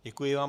Děkuji vám.